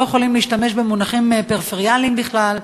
יכולים להשתמש במונחים פריפריאליים בכלל,